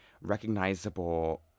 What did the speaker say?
recognizable